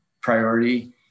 priority